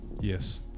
Yes